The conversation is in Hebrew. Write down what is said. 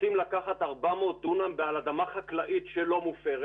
רוצים לקחת 400 דונם על אדמה חקלאית שלא מופרת